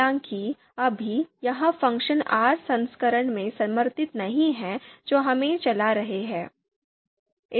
हालाँकि अभी यह फ़ंक्शन R संस्करण में समर्थित नहीं है जो हम चला रहे हैं